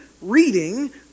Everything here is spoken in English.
reading